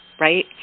right